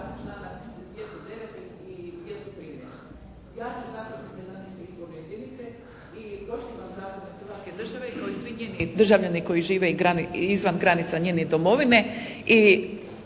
državljani koji žive izvan granica njene domovine